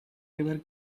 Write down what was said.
ever